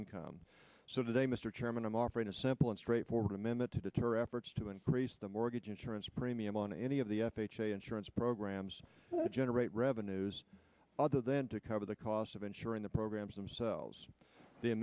income so today mr chairman i'm offering a simple and straightforward amendment to deter efforts to increase the mortgage insurance premium on any of the f h a insurance programs to generate revenues other than to cover the cost of insuring the programs themselves the